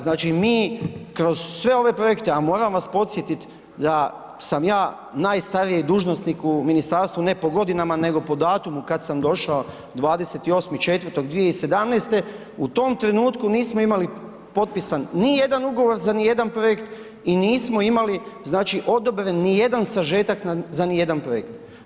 Znači, mi kroz sve ove projekte, a moram vas podsjetit da sam ja najstariji dužnosnik u ministarstvu, ne po godinama, nego po datumu kad sam došao 28.4.2017. u tom trenutku nismo imali potpisan nijedan ugovor za nijedan projekt i nismo imali, znači, odobren nijedan sažetak za nijedan projekt.